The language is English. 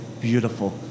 beautiful